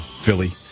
Philly